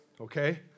okay